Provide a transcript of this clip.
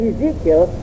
Ezekiel